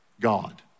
God